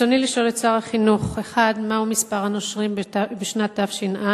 ברצוני לשאול את שר החינוך: 1. מה הוא מספר הנושרים בשנת תש"ע?